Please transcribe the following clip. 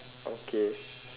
okay